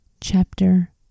chapter